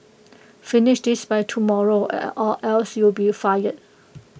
finish this by tomorrow or else you'll be fired